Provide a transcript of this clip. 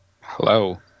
Hello